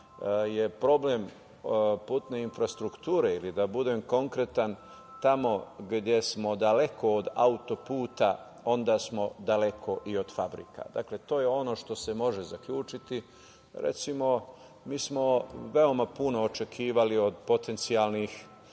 je problem putne infrastrukture ili da budem konkretan, tamo gde smo daleko od autoputa, onda smo daleko i od fabrika. To je ono što se može zaključiti. Recimo, mi smo puno očekivali od potencijalnih,